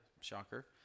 shocker